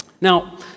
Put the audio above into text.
Now